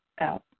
out